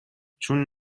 چون